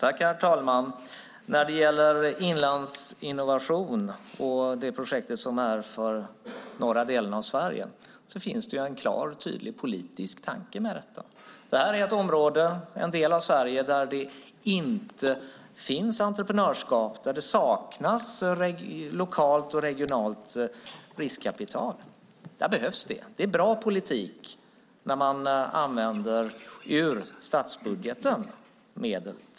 Herr talman! När det gäller inlandsinnovation och det projektet för norra delen av Sverige finns det en klar och tydlig politisk tanke. Det är ett område, en del av Sverige, där det inte finns entreprenörskap och där det saknas lokalt och regionalt riskkapital. Där behövs det. Det är bra politik när man använder medel ur statsbudgeten till detta.